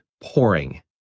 pouring